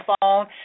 phone